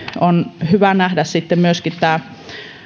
on hyvä nähdä tämä